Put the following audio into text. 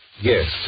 Yes